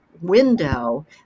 window